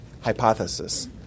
hypothesis